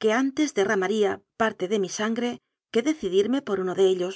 que antes de rramaría parte de mi sangre que decidirme por uno de ellos